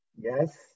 Yes